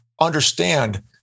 understand